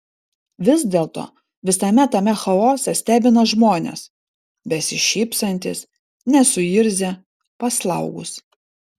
vis dėlto visame tame chaose stebina žmonės besišypsantys nesuirzę paslaugūs